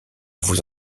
vous